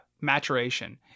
maturation